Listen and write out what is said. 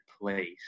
place